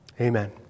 Amen